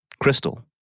Crystal